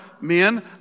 men